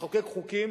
לחוקק חוקים